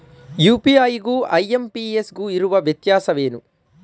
UPI ಗು IMPS ಗು ಇರುವ ವ್ಯತ್ಯಾಸವೇನು?